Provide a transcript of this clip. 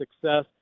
success